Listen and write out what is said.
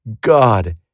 God